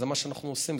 זה מה שאנחנו עושים.